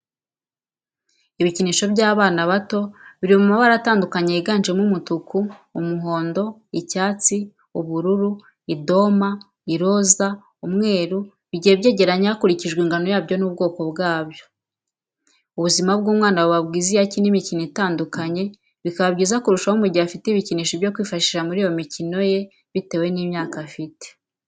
Ibikinisho by'abana bato biri mu mabara atandukanye yiganjemo umutuku, umuhondo, icyatsi ,ubururu , idoma , iroza, umweru, bigiye byegeranye hakurikijwe ingano yabyo n'ubwokobwabyo ubuzima bw'umwana buba bwiza iyo akina imikino itandukanye, bikaba byiza kurushaho mu gihe afite ibikinisho byo kwifashisha muri iyo mikino ye bitewe n'imyaka afite.